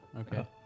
Okay